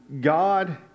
God